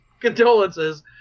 condolences